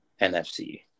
nfc